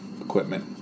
equipment